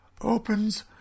opens